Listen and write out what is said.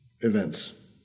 events